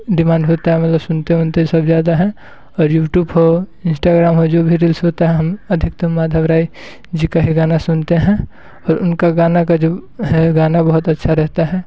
demand होता है मतलब सुनते वुनते सब ज़्यादा हैं और यूट्यूब हो इन्स्टाग्राम हो जो भी रील्स होता है हम अधिकतम माधव राय जी का ही गाना सुनते हैं और उनका गाना का जो है गाना बहुत अच्छा रहता है